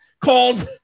Calls